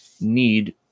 need